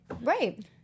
Right